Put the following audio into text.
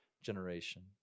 generation